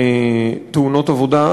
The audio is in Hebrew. בתאונות עבודה,